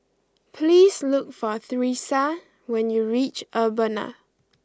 please look for Thresa when you reach Urbana